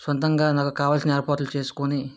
సొంతంగా నాకు కావాల్సిన ఏర్పాట్లు చేసుకుని